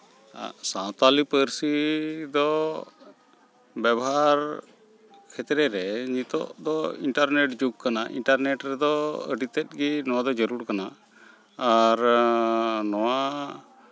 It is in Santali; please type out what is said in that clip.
ᱥᱟᱶᱛᱟᱞᱤ ᱯᱟᱹᱨᱥᱤ ᱫᱚ ᱵᱮᱵᱚᱦᱟᱨ ᱠᱷᱮᱛᱨᱮ ᱨᱮ ᱱᱤᱛᱳᱜ ᱫᱚ ᱤᱱᱴᱟᱨᱱᱮᱴ ᱡᱩᱜᱽ ᱠᱟᱱᱟ ᱤᱱᱴᱟᱨᱱᱮᱴ ᱨᱮᱫᱚ ᱟᱹᱰᱤ ᱛᱮᱫ ᱜᱮ ᱱᱚᱣᱟ ᱫᱚ ᱡᱟᱹᱨᱩᱲ ᱠᱟᱱᱟ ᱟᱨ ᱱᱚᱣᱟ